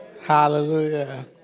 Hallelujah